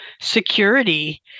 security